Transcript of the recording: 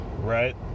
right